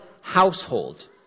household